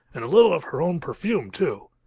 and a little of her own perfume too.